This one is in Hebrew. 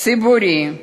ציבורי, וגם